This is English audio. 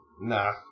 Nah